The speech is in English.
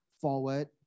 forward